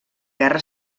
guerra